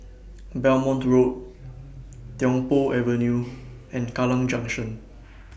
Belmont Road Tiong Poh Avenue and Kallang Junction